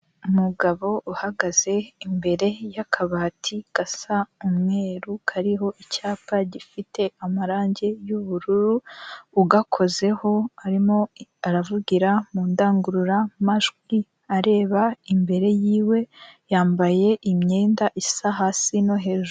Umugabo uhagaze imbere y'akabati gasa umweru, kariho icyapa gifite amarangi y'ubururu ugakozeho arimo aravugira mu ndangururamajwi areba imbere yiwe, yambaye imyenda isa hasi no hejuru.